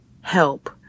help